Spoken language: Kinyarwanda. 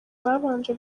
babanje